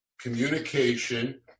communication